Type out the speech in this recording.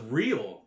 real